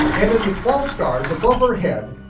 and in the twelve stars above her head,